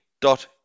dot